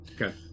Okay